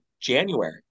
January